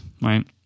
right